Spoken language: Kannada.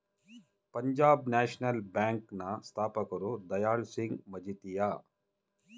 ಪಂಜಾಬ್ ನ್ಯಾಷನಲ್ ಬ್ಯಾಂಕ್ ನ ಸ್ಥಾಪಕರು ದಯಾಳ್ ಸಿಂಗ್ ಮಜಿತಿಯ